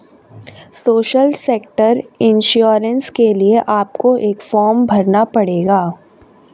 social sector insurance के लिए आपको एक फॉर्म भरना पड़ेगा